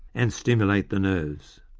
and stimulate the nerves.